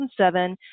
2007